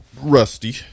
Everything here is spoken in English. rusty